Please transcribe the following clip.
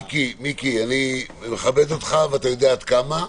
מיקי, אני מכבד אותך, ואתה יודע עד כמה.